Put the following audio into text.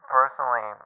Personally